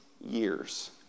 years